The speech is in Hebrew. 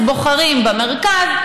אז בוחרים במרכז,